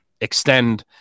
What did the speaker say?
extend